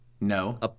No